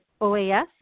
OAS